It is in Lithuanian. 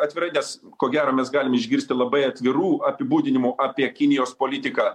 atvirai nes ko gero mes galim išgirsti labai atvirų apibūdinimų apie kinijos politiką